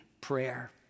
prayer